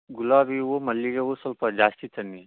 ಗುಲಾಬಿ ಹೂವು ಮಲ್ಲಿಗೆ ಹೂ ಸ್ವಲ್ಪ ಜಾಸ್ತಿ ತನ್ನಿ